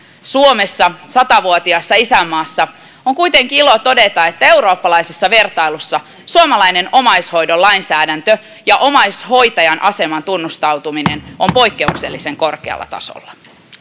suomessa sata vuotiaassa isänmaassa on kuitenkin ilo todeta että eurooppalaisessa vertailussa suomalainen omaishoidon lainsäädäntö ja omaishoitajan aseman tunnustautuminen ovat poikkeuksellisen korkealla tasolla